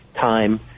time